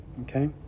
okay